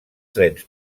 trens